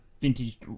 vintage